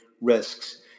risks